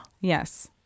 Yes